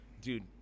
dude